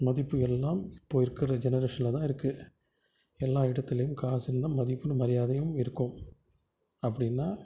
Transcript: மதிப்பு எல்லாம் இப்போது இருக்கிற ஜெனரேஷனில் தான் இருக்குது எல்லா இடத்துலையும் காசு இருந்தால் மதிப்பும் மரியாதையும் இருக்கும் அப்படின்னா